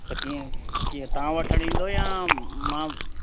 त कीअं कीअं तव्हां वठण ईंदव या मां